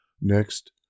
Next